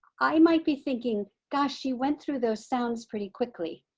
i might be thinking gosh she went through those sounds pretty quickly.